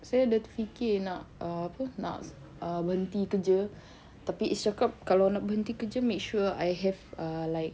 saya ada terfikir nak apa nak err berhenti kerja tapi izz cakap kalau nak berhenti kerja make sure I have err like